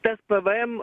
tas pvm